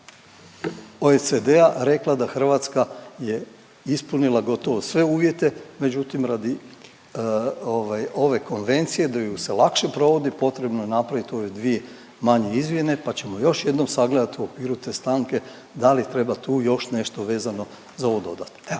OECD-a je rekla da Hrvatska je ispunila gotovo sve uvjete. Međutim, radi ove konvencije da ju se lakše provodi potrebno je napraviti ove dvije manje izmjene pa ćemo još jednom sagledati u okviru te stanke da li treba tu još nešto vezano za ovo dodatno.